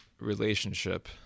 relationship